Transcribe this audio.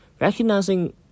Recognizing